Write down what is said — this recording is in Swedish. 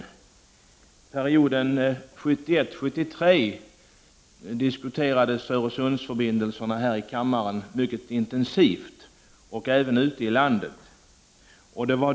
Under perioden 1971-1973 diskuterades Öresundsförbindelserna intensivt här i kammaren och även ute i landet.